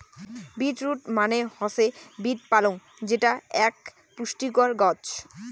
beet root মানে হৈসে beet পালং যেটা আক পুষ্টিকর গছ